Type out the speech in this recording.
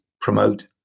promote